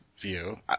view –